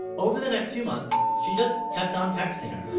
over the next few months, she just kept on texting her.